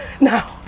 now